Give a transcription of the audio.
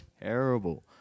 terrible